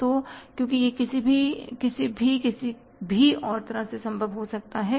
तो क्योंकि यह किसी भी किसी भी किसी भी और संभव हो सकता है है ना